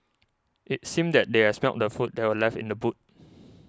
it seemed that they had smelt the food that were left in the boot